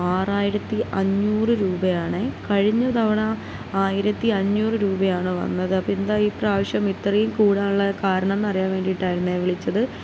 ആറായിരത്തി അഞ്ഞൂറ് രൂപയാണേ കഴിഞ്ഞ തവണ ആയിരത്തി അഞ്ഞൂറ് രൂപയാണ് വന്നത് അപ്പം എന്താ ഇപ്രാവശ്യം ഇത്രയും കൂടാനുള്ള കാരണം എന്നറിയാൻ വേണ്ടിയിട്ടായിരുന്നേ വിളിച്ചത്